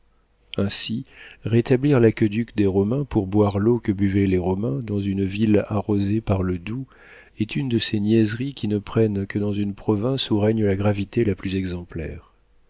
ainsi rétablir l'aqueduc des romains pour boire l'eau que buvaient les romains dans une ville arrosée par le doubs est une de ces niaiseries qui ne prennent que dans une province où règne la gravité la plus exemplaire